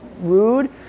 rude